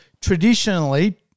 traditionally